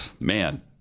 Man